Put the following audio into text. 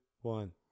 one